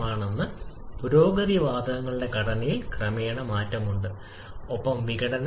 005 kJ kgK ആണ് ഇത് T 300 K ആണ് അതേസമയം T ലേക്ക് പോകുമ്പോൾ 2000 K ഇത് 1